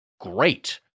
great